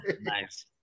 Nice